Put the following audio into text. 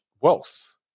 wealth